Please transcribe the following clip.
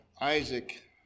Isaac